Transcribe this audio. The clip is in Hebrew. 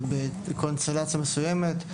בקונסטלציה מסוימת.